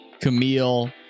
Camille